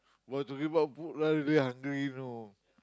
!wah! talking about food I really hungry you know